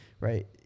right